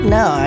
no